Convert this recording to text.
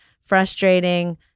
frustrating